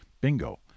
bingo